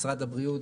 משרד הבריאות,